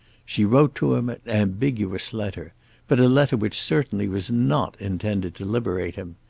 she wrote to him an ambiguous letter but a letter which certainly was not intended to liberate him.